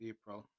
April